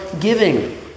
giving